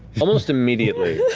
almost immediately,